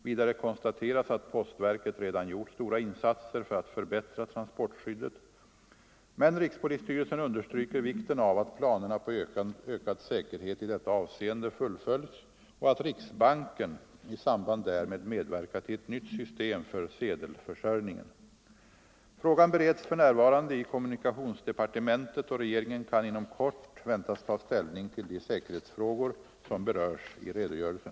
Vidare konstateras att postverket redan gjort stora insatser för att förbättra transportskyddet, men rikspolisstyrelsen understryker vikten av att planerna på ökad säkerhet i detta avseende fullföljs och att riksbanken i samband därmed medverkar till ett nytt system för sedelförsörjningen. Frågan bereds f. n. i kommunikationsdepartementet, och regeringen kan inom kort väntas ta ställning till de säkerhetsfrågor som berörs i redogörelsen.